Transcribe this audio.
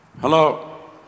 Hello